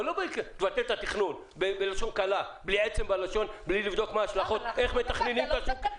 אבל לא לבטל את התכנון מבלי לבדוק את ההשלכות ומבלי לראות מה קורה